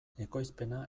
ekoizpena